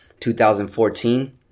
2014